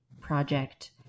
project